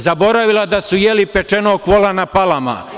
Zaboravila da su jeli pečenog vola na Palama.